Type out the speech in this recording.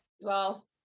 Well-